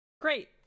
great